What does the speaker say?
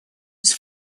was